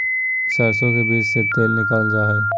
सरसो के बीज से तेल निकालल जा हई